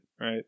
right